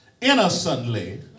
innocently